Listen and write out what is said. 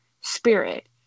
spirit